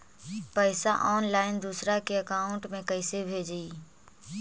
पैसा ऑनलाइन दूसरा के अकाउंट में कैसे भेजी?